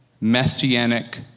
Messianic